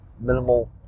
minimal